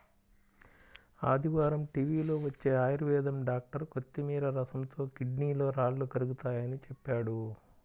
ఆదివారం టీవీలో వచ్చే ఆయుర్వేదం డాక్టర్ కొత్తిమీర రసంతో కిడ్నీలో రాళ్లు కరుగతాయని చెప్పాడు